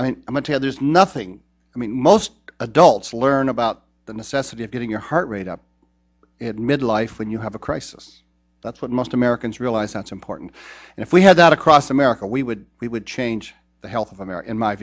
until there's nothing i mean most adults learn about the necessity of getting your heart rate up and midlife when you have a crisis that's what most americans realize that's important and if we had that across america we would we would change the health of america in my